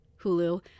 Hulu